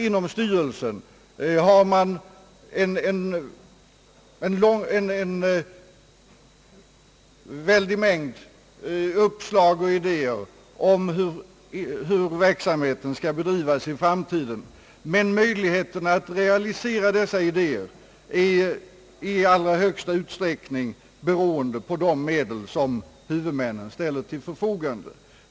Inom styrelsen har man en mängd uppslag och idéer om hur verksamheten skall bedrivas i framtiden, men möjligheterna att realisera dessa idéer är i allra högsta grad beroende på de medel som huvudmännen ställer till förfogande.